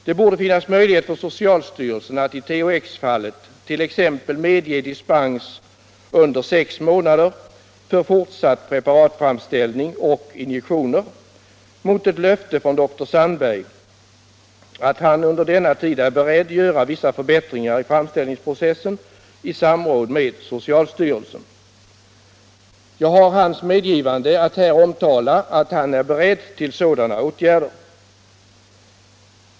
Det borde finnas möjlighet för socialstyrelsen att i THX-fallet t.ex. medge dispens under sex månader för fortsatt preparatframställning och preparatinjektioner mot ett löfte från dr Sandberg att han under denna tid är beredd att göra vissa förbättringar i framställningsprocessen i samråd med socialstyrelsen. — Jag har hans medgivande att här omtala att han är beredd till sådana åtgärder.